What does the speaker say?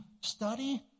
study